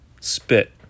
Spit